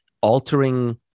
altering